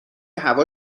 هوا